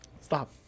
Stop